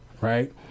Right